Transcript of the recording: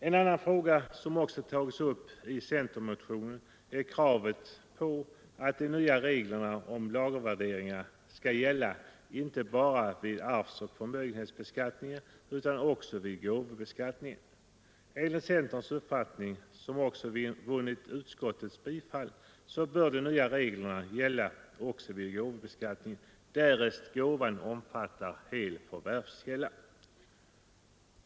En annan fråga som också tagits upp i centermotion är kravet på att de nya reglerna om lagervärderingar skall gälla inte bara vid arvsoch förmögenhetsbeskattningen utan också vid gåvobeskattningen. Enligt centerns uppfattning, som också vunnit utskottets bifall, bör de nya reglerna gälla också vid gåvobeskattningen, därest gåvan omfattar hel förvärvskälla.